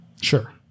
Sure